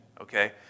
okay